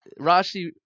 rashi